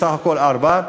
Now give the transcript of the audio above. סך הכול 4,